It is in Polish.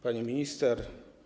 Pani Minister!